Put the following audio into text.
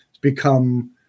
become